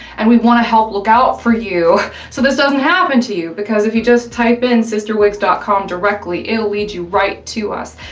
and we wanna help look out for you so this doesn't happen to you, because if you just type in cysterwigs dot com directly, it will lead you right to us.